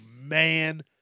man